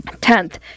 tenth